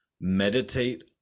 meditate